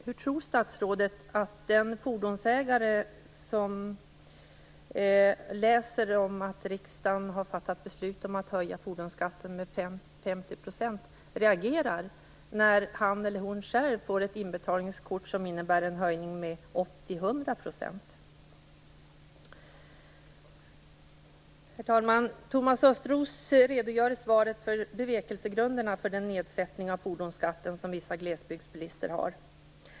Hur tror statsrådet att den fordonsägare som läser om att riksdagen fattat beslut om att höja fordonsskatten med 50 % reagerar när han eller hon får ett inbetalningskort som innebär en höjning med 80-100 %? Thomas Östros redogör i svaret för bevekelsegrunderna för den nedsättning av fordonsskatten som vissa glesbygdsbilister har.